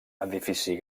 edifici